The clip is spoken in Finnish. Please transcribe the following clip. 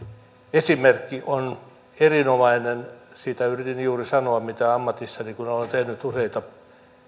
esimerkki on erinomainen sitä yritin juuri sanoa mitä ammatissani kun olen tehnyt useita